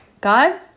God